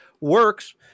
works